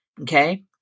okay